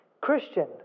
Christian